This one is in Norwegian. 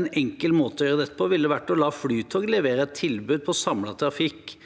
En enkel måte å gjøre dette på ville vært å la Flytoget levere et tilbud på samlet trafikk.